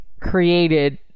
created